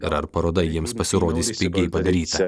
ir ar paroda jiems pasirodys pigiai padaryta